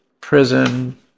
prison